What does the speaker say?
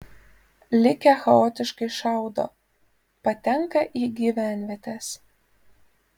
likę chaotiškai šaudo patenka į gyvenvietes